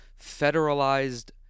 federalized